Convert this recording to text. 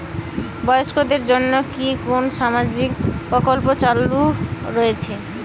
বয়স্কদের জন্য কি কোন সামাজিক প্রকল্প চালু রয়েছে?